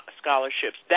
scholarships